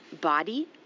body